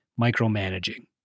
micromanaging